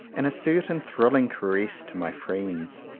and a certain thrilling caress to my friends.